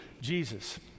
Jesus